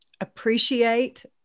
appreciate